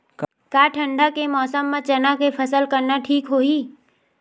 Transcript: का ठंडा के मौसम म चना के फसल करना ठीक होही?